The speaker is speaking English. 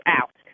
out